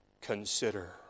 consider